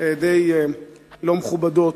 די לא מכובדות,